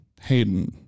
Hayden